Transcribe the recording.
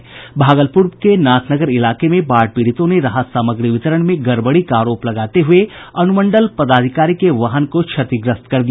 इधर भागलपुर में नाथनगर इलाके में बाढ़ पीड़ितों ने राहत सामग्री वितरण में गड़बड़ी का आरोप लगाते हुये अनुमंडल पदाधिकारी के वाहन को क्षतिग्रस्त कर दिया